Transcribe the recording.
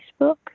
Facebook